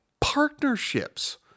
partnerships